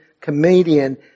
comedian